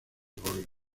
gol